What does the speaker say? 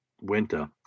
winter